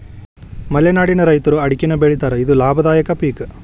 ಮಲೆನಾಡಿನ ರೈತರು ಮಡಕಿನಾ ಬೆಳಿತಾರ ಇದು ಲಾಭದಾಯಕ ಪಿಕ್